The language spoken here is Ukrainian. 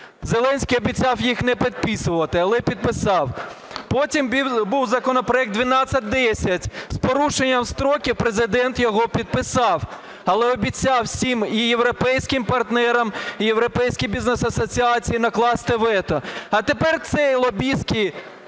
Зеленський обіцяв їх не підписувати, але підписав. Потім був законопроект 1210, з порушенням строків Президент його підписав, але обіцяв всім і європейським партнерам, Європейській Бізнес Асоціації накласти вето. А тепер це лобістський,